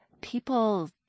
people